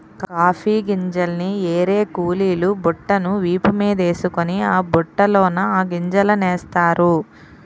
coffee గింజల్ని ఏరే కూలీలు బుట్టను వీపు మీదేసుకొని ఆ బుట్టలోన ఆ గింజలనేస్తారు